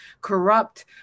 corrupt